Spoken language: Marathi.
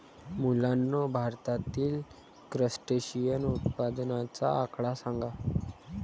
मुलांनो, भारतातील क्रस्टेशियन उत्पादनाचा आकडा सांगा?